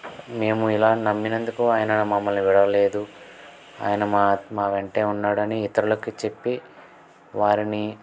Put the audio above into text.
మేము ఇలా నమ్మినందుకు ఆయన మమ్మల్ని విడవలేదు ఆయన మా మా వెంటనే ఉన్నాడని ఇతరులకి చెప్పి వారిని